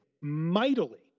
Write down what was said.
mightily